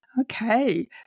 Okay